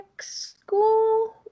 school